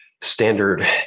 standard